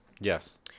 yes